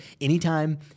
anytime